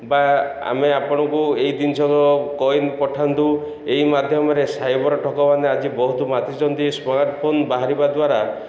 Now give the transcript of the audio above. ବା ଆମେ ଆପଣଙ୍କୁ ଏଇ ଜିନିଷ କଏନ୍ ପଠାନ୍ତୁ ଏଇ ମାଧ୍ୟମରେ ସାଇବର ଠକମାନେ ଆଜି ବହୁତ ମାତିଛନ୍ତି ସ୍ମାର୍ଟଫୋନ୍ ବାହାରିବା ଦ୍ୱାରା